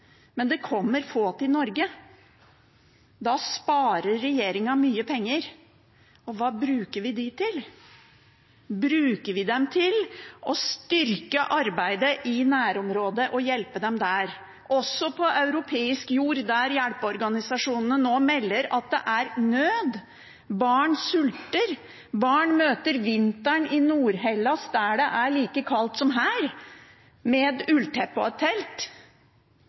men det kommer få til Norge. Da sparer regjeringen mye penger, og hva bruker vi dem til? Bruker vi dem til å styrke arbeidet i nærområdet og hjelpe dem der, også på europeisk jord der hjelpeorganisasjonene nå melder at det er nød? Barn sulter. Barn møter vinteren i Nord-Hellas, der det er like kaldt som her, med